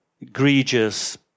egregious